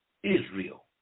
Israel